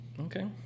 okay